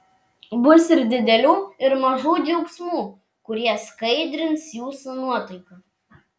bus ir didelių ir mažų džiaugsmų kurie skaidrins jūsų nuotaiką